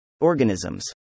Organisms